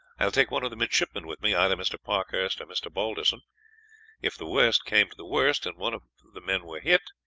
i will take one of the midshipmen with me, either mr. parkhurst or mr. balderson if the worst came to the worst and one of the men were hit,